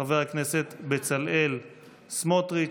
חבר הכנסת בצלאל סמוטריץ'.